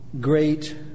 great